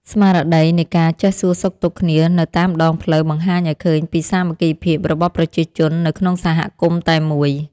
ស្មារតីនៃការចេះសួរសុខទុក្ខគ្នានៅតាមដងផ្លូវបង្ហាញឱ្យឃើញពីសាមគ្គីភាពរបស់ប្រជាជននៅក្នុងសហគមន៍តែមួយ។